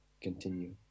continue